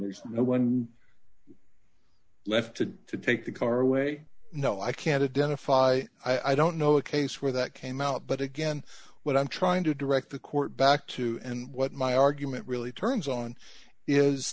there's no one left to to take the car away no i can't identify i don't know a case where that came out but again what i'm trying to direct the court back to and what my argument really turns on is